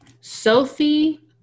Sophie